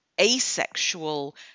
asexual